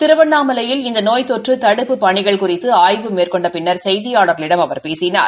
திருவண்ணாமலையில் இந்த நோய் தொற்றுடுப்புப் பணிகள் குறிதது ஆய்வு மேற்கொண்ட பின்னா செய்தியாள்களிடம் அவர் பேசினார்